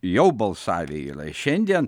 jau balsavę yra ir šiandien